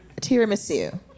Tiramisu